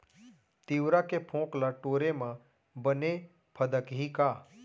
तिंवरा के फोंक ल टोरे म बने फदकही का?